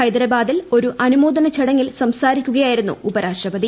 ഹൈദരാബാദിൽ ഒരു അനുമോദന ചടങ്ങിൽ സംസാരിക്കുകയായിരുന്നു ഉപരാഷ്ട്രപതി